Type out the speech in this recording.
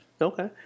Okay